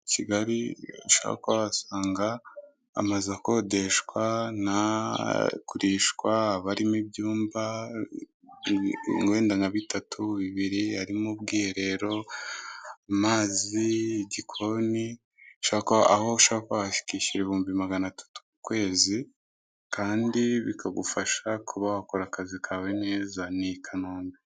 I Kigali ushobora kuba wahasanga amazu akodeshwa n'agurishwa aba arimo ibyumba wenda nka bitatu, bibiri, harimo ubwiherero, amazi, igikoni aho ushobora kuba wakwishyura ibihumbi maganatatu ku kwezi kandi bikagufasha kuba wakora akazi kawe neza ni i Kanombe.